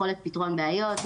יכולת פתרון בעיות,